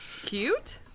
cute